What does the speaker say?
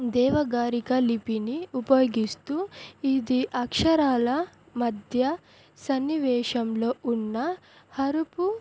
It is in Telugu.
దేవగారి లిపిని ఉపయోగిస్తూ ఇది అక్షరాల మధ్య సన్నివేశంలో ఉన్న హరుపు